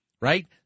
right